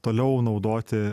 toliau naudoti